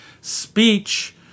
speech